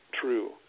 true